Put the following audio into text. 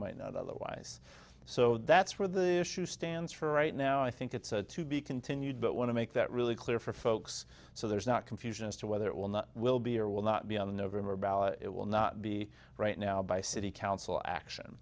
might not otherwise so that's where the issue stands for right now i think it's a to be continued but want to make that really clear for folks so there's not confusion as to whether or not will be or will not be on the november ballot it will not be right now by city council action